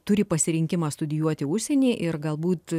turi pasirinkimą studijuoti užsienyje ir galbūt